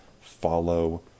follow